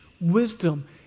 wisdom